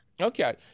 Okay